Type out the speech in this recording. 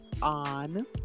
on